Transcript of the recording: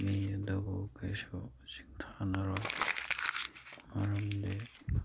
ꯃꯤ ꯑꯗꯨꯕꯨ ꯀꯩꯁꯨ ꯁꯤꯡꯊꯥꯅꯔꯣꯏ ꯃꯔꯝꯗꯤ